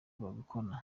babikora